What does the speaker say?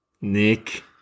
Nick